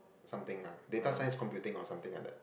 something ah data science computing or something like that